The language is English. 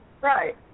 Right